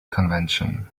convention